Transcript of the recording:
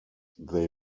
they